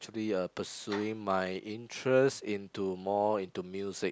actually uh pursuing my interest into more into music